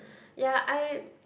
ya I